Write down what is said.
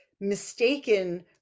mistaken